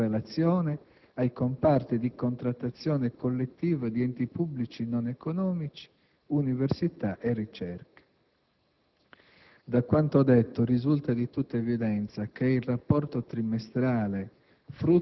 in relazione ai comparti di contrattazione collettiva di enti pubblici non economici, università e ricerca. Da quanto detto risulta di tutta evidenza che il rapporto trimestrale